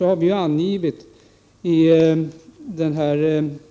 Vi har angivit i